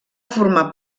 formar